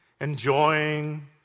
enjoying